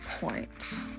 point